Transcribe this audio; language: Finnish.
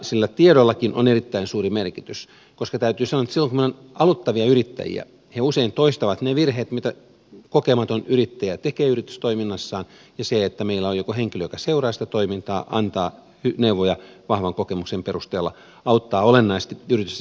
sillä tiedollakin on erittäin suuri merkitys koska täytyy sanoa että silloin kun meillä on aloittavia yrittäjiä he usein toistavat ne virheet mitä kokematon yrittäjä tekee yritystoiminnassaan jolloin se että meillä on joku henkilö joka seuraa sitä toimintaa antaa neuvoja vahvan kokemuksen perusteella auttaa olennaisesti yritystä selviytymään